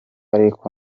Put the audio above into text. ariko